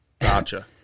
gotcha